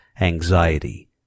anxiety